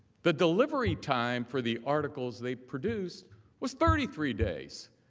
the delivery time for the articles they produce was thirty three days.